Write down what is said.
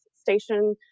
station